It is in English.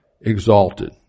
exalted